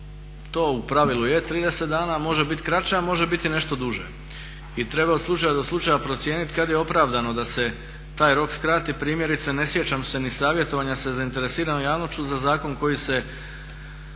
to u pravilu je 30 dana a može biti kraće a može biti i nešto duže. I treba od slučaja do slučaja procijeniti kada je opravdano da se taj rok skrati. Primjerice ne sjećam se ni savjetovanja sa zainteresiranom javnošću za zakon koji se,